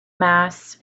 mass